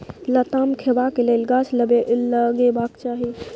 लताम खेबाक लेल गाछ लगेबाक चाही